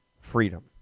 freedom